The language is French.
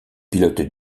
pilotes